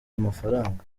amafaranga